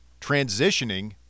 transitioning